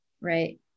right